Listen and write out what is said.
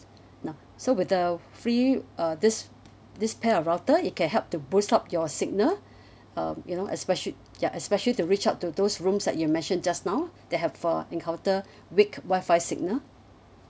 now so with the free uh this this pair of router it can help to boost up your signal uh you know especi~ ya especially to reach out to those rooms that you mentioned just now that have uh encounter weak Wi-Fi signal